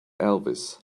elvis